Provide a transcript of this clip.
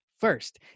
First